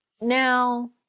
now